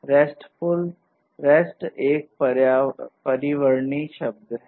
REST एक परिवर्णी शब्द है